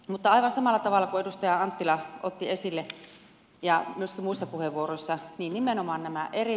mutta aivan samalla tavalla kuin edustaja anttila otti esille ja myöskin muissa puheenvuoroissa ei nimenomaan nämä eri